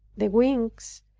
the wings,